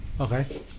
Okay